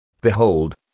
Behold